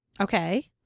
Okay